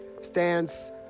stands